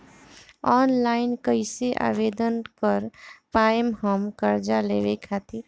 Online कइसे आवेदन कर पाएम हम कर्जा लेवे खातिर?